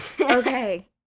okay